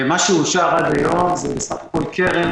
מה שאושר עד היום זה בסך הכול קרן